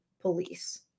police